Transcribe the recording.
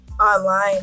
online